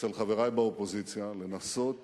אצל חברי באופוזיציה לנסות